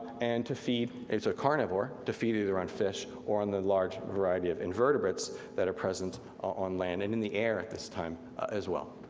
and to feed as a carnivore, to feed either on fish or on the large variety of invertebrates that are present on land, and in the air at this time as well.